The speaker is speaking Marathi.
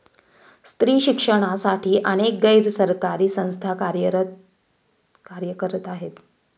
स्त्री शिक्षणासाठी अनेक गैर सरकारी संस्था कार्य करत आहेत